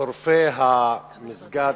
שורפי המסגד